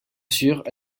sûr